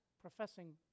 professing